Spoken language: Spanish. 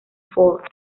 for